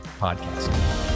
podcast